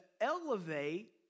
elevate